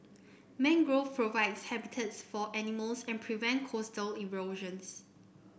mangrove provide habitats for animals and prevent coastal erosion